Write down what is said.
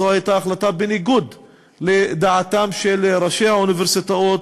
זו הייתה החלטה בניגוד לדעתם של ראשי האוניברסיטאות,